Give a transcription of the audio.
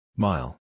Mile